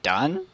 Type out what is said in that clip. Done